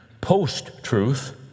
post-truth